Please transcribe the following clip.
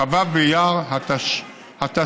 כ"ו באייר התשע"ה.